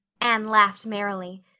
anne laughed merrily.